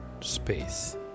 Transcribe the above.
space